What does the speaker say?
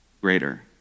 greater